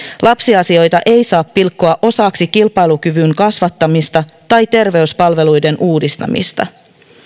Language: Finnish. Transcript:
lapsiasioita ei saa pilkkoa osaksi kilpailukyvyn kasvattamista tai terveyspalveluiden uudistamista